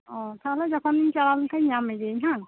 ᱚᱻ ᱛᱟᱦᱚᱞᱮ ᱡᱚᱠᱷᱚᱱ ᱜᱮᱧ ᱪᱟᱞᱟᱣ ᱞᱮᱱᱠᱷᱟᱡ ᱧᱟᱢ ᱢᱮᱜᱮᱭᱟᱹᱧ ᱦᱟᱝ